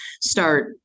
start